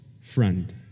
friend